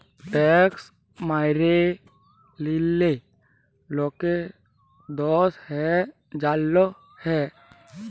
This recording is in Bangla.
ট্যাক্স ম্যাইরে লিলে লকের দস হ্যয় জ্যাল হ্যয়